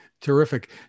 Terrific